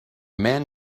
man